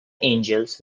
angels